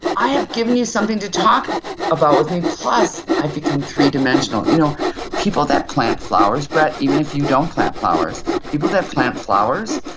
i have given you something to talk about with me plus i've become three dimensional. you know people that plant flowers, brett, even if you don't plant flowers people that plant flowers,